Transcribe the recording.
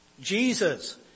Jesus